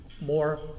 more